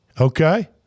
Okay